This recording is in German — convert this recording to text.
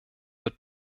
wird